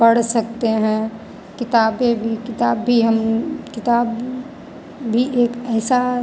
पढ़ सकते हैं किताबें भी किताब भी हम किताब भी एक ऐसा